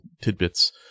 tidbits